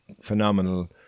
phenomenal